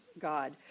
God